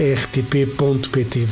rtp.pt